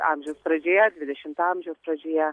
amžiaus pradžioje dvidešimto amžiaus pradžioje